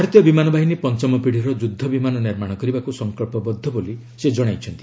ଭାରତୀୟ ବିମାନ ବାହିନୀ ପଞ୍ଚମ ପିଢ଼ିର ଯୁଦ୍ଧବିମାନ ନିର୍ମାଣ କରିବାକୁ ସଂକଳ୍ପବଦ୍ଧ ବୋଲି ସେ ଜଣାଇଛନ୍ତି